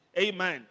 Amen